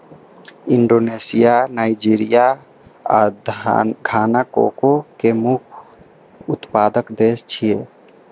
Indonesia, Nigeria आ Ghana cocoa के मुख्य उत्पादक देश छियै